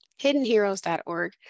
Hiddenheroes.org